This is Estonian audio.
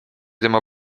tema